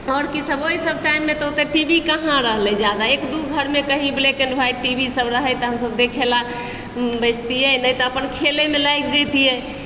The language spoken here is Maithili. आओर की सब ओहि सब टाइममे तऽ ओतेक टी वी कहाँ रहलै जादा एक दू घरमे कहीं black and white TV सब रहै तऽ हमसब देखै लए बैसतियै नहि तऽ अपन खेलेमे लागि जातिये